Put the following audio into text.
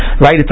Right